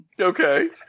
Okay